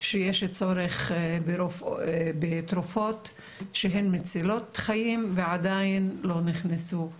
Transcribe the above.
יש צורך בתרופות שהן מצילות חיים ועדיין לא נכנסו לסל.